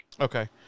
Okay